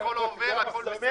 הכול עובר, הכול בסדר.